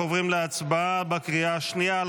אנחנו עוברים להצבעה בקריאה השנייה על